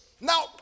Now